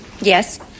Yes